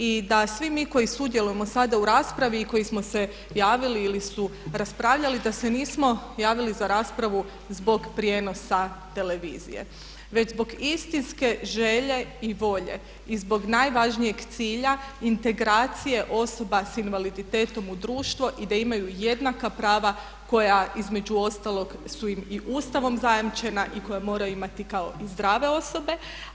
I da svi mi koji sudjelujemo sada u raspravi i koji smo se javili ili su raspravljali da se nismo javili za raspravu zbog prijenosa televizije već zbog istinske želje i volje i zbog najvažnijeg cilja integracije osoba sa invaliditetom u društvo i da imaju jednaka prava koja između ostalog su im i Ustavom zajamčena i koja moraju imati kao i zdrave osobe.